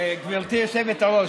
גברתי היושבת-ראש,